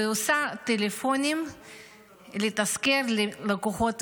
ועושה טלפונים לתזכר לקוחות,